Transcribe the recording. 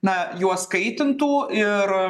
na juos kaitintų ir